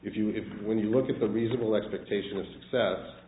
if you if when you look at the reasonable expectation of success